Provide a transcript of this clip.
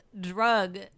drug